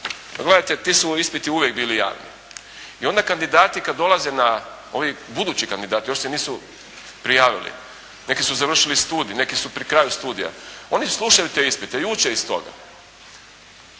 gledajte ti su ispiti uvijek bili jadni. I onda kandidati kad dolaze na, ovi budući kandidati još se nisu prijavili, neki su završili studij, neki su pri kraju studija oni slušaju te ispite i uče iz toga.